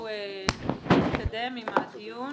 נתקדם עם הדיון.